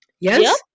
yes